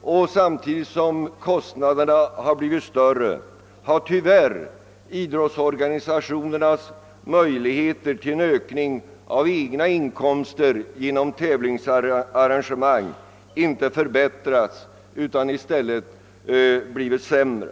och samtidigt som kostnaderna har blivit större, har tyvärr idrottsorganisationernas möjligheter till en ökning av egna inkomster genom tävlingsarrangemansg inte förbättrats utan i stället blivit sämre.